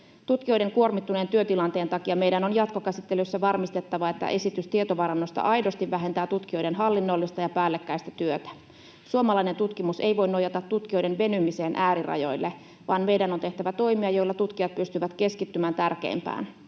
Tutkijoiden kuormittuneen työtilanteen takia meidän on jatkokäsittelyssä varmistettava, että esitys tietovarannosta aidosti vähentää tutkijoiden hallinnollista ja päällekkäistä työtä. Suomalainen tutkimus ei voi nojata tutkijoiden venymiseen äärirajoille, vaan meidän on tehtävä toimia, joilla tutkijat pystyvät keskittymään tärkeimpään: